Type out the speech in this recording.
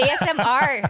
Asmr